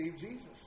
Jesus